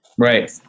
Right